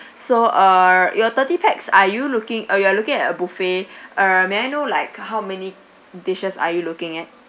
so uh your thirty pax are you looking uh you are looking at a buffet uh may I know like how many dishes are you looking at